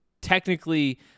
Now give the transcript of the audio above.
Technically